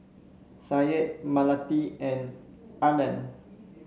Syed Melati and Aryan